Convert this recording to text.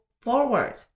forward